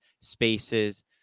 spaces